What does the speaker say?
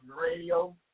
Radio